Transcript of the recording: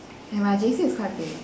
and my J_C is quite big